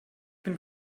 bin